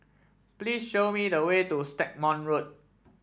please show me the way to Stagmont Road